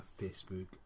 Facebook